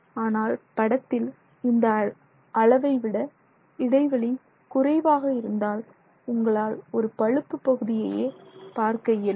ஆனால் படத்தில் இந்த அளவை விட இடைவெளி குறைவாக இருந்தால் உங்களால் ஒரு பழுப்பு பகுதியையே பார்க்க இயலும்